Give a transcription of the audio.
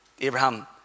Abraham